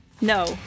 No